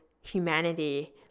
humanity